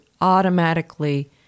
automatically